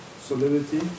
solidity